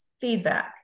feedback